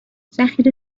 ذخیره